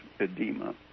edema